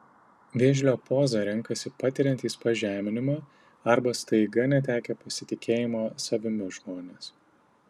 vėžlio pozą renkasi patiriantys pažeminimą arba staiga netekę pasitikėjimo savimi žmonės